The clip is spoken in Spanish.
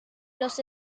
los